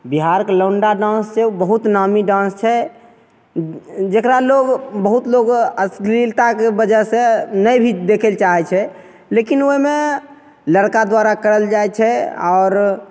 बिहारके लौण्डा डान्स छै बहुत नामी डान्स छै जकरा लोक बहुत लोक अश्लीलताके वजहसे नहि भी देखैले चाहै छै लेकिन ओहिमे लड़का द्वारा करल जाइ छै आओर